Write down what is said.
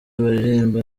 baririmba